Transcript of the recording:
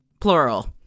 plural